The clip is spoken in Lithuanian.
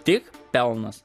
tik pelnas